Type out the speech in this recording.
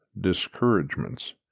Discouragements